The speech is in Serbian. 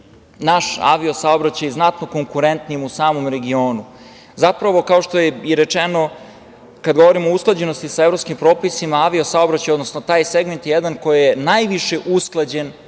naš avio-saobraćaj znatno konkurentnijim u samom regionu. Zapravo, kao što je i rečeno, kad govorimo o usklađenosti sa evropskim propisima, avio-saobraćaj, odnosno taj segment, je jedan koji je najviše usklađen